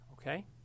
okay